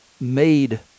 made